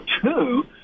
two